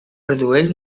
redueix